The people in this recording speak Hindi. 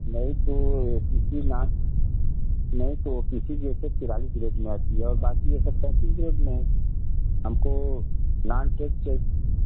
नहीं तो ओ पी सी नहीं तो ओ पी सी जैसे तिरालीस रेट में आती है और बाकी ये सब तैंतीस रेट में हमको